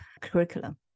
curriculum